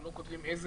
הם לא כותבים איזו,